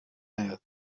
نیاد